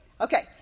Okay